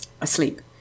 asleep